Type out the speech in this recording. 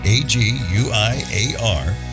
A-G-U-I-A-R